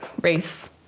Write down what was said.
race